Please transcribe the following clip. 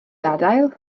gadael